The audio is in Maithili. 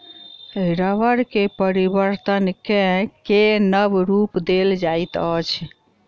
रबड़ के परिवर्तन कय के नब रूप देल जाइत अछि